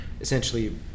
essentially